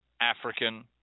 African